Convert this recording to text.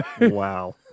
Wow